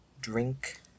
drink